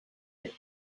est